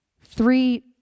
Three